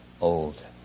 old